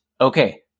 okay